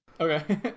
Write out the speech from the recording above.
Okay